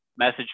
Message